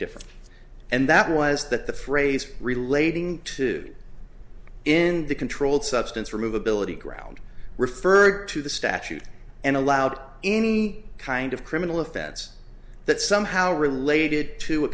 different and that was that the phrase relating to in the controlled substance for movability ground referred to the statute and allowed any kind of criminal offense that somehow related to a